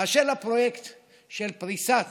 אשר לפרויקט של פריסת